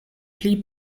pli